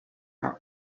are